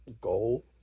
goal